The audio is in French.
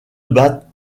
battent